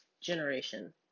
generation